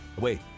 Wait